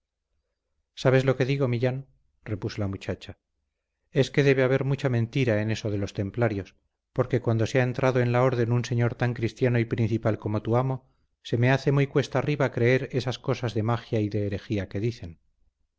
sabes lo que digo millán repuso la muchacha es que debe haber mucha mentira en eso de los templarios porque cuando se ha entrado en la orden un señor tan cristiano y principal como tu amo se me hace muy cuesta arriba creer esas cosas de magia y de herejía que dicen